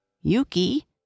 Yuki